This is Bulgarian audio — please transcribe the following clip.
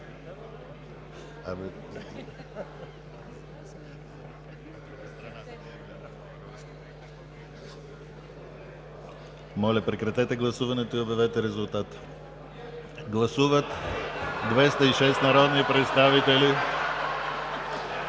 Моля, прекратете гласуването и обявете резултат. Гласували 196 народни представители: